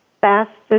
fastest